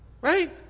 Right